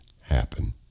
happen